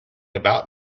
about